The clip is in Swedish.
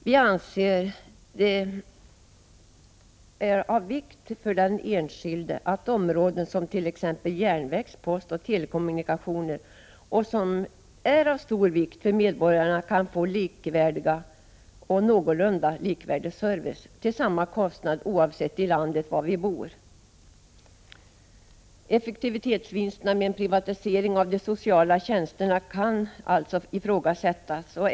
Vi anser att det är av stor vikt för de enskilda människorna att kunna få någorlunda likvärdig service till samma kostnad oavsett var i landet de bor när det gäller områden som järnvägs-, postoch telekommunikationer, som är av stor vikt för medborgarna. Effektivitetsvinsterna med en privatisering av de sociala tjänsterna kan alltså ifrågasättas.